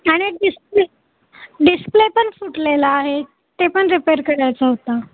आणि display display पण फुटलेलं आहे ते पण रिपेअर करायचं होता